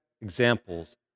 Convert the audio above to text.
examples